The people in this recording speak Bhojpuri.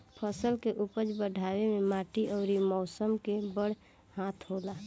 फसल के उपज बढ़ावे मे माटी अउर मौसम के बड़ हाथ होला